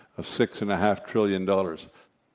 of six and a half trillion dollars.